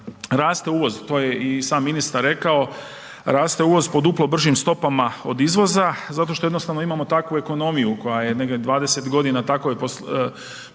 raste uvoz to je i sam ministar rekao, raste uvoz po duplo bržim stopama od izvoza zato što jednostavno imamo takvu ekonomiju koja je negdje 20 godina tako je postavljena